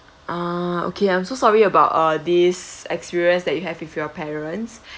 ah okay I'm so sorry about uh this experience that you have with your parents